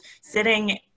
sitting